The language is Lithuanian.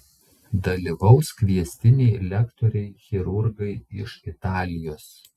dalyvaus kviestiniai lektoriai chirurgai iš italijos